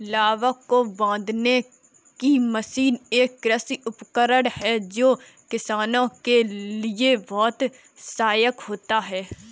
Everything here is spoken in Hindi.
लावक को बांधने की मशीन एक कृषि उपकरण है जो किसानों के लिए बहुत सहायक होता है